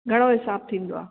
घणो हिसाबु थींदो आहे